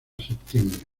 septiembre